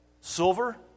silver